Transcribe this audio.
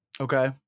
Okay